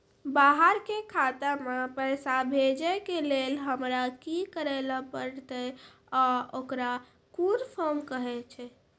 बाहर के खाता मे पैसा भेजै के लेल हमरा की करै ला परतै आ ओकरा कुन फॉर्म कहैय छै?